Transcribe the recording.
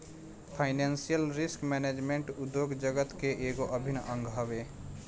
financial risk management उद्योग जगत के एगो अभिन्न अंग हवे